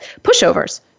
pushovers